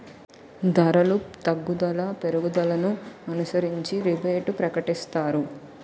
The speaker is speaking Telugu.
ధరలు తగ్గుదల పెరుగుదలను అనుసరించి రిబేటు ప్రకటిస్తారు